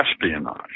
espionage